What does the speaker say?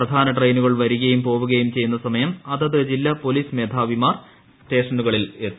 പ്രധാന ട്രെയിനുകൾ വരികയും പോവുകയും ചെയ്യുന്ന സമയം അതത് ജില്ലാ പൊലീസ് മേധാവിമാർ സ്റ്റേഷനിലെത്തും